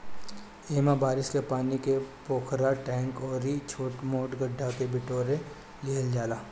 एमे बारिश के पानी के पोखरा, टैंक अउरी छोट मोट गढ्ढा में बिटोर लिहल जाला